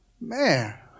man